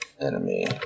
Enemy